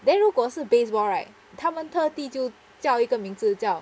then 如果是 baseball right 他们特地就叫一个名字叫